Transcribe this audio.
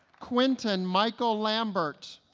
quinten michael lambert